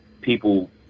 people